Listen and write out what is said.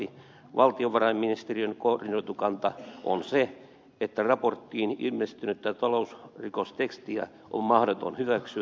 valtiovarainministeriön koordinoitu kanta on se että raporttiin ilmestynyttä talousrikostekstiä on mahdoton hyväksyä